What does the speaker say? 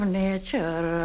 nature